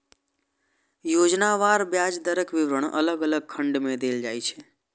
योजनावार ब्याज दरक विवरण अलग अलग खंड मे देल जाइ छै